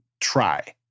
try